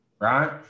right